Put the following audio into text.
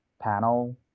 panel